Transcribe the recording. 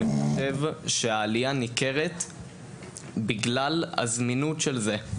אני חושב שהעלייה ניכרת בגלל הזמינות של זה.